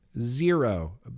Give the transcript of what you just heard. zero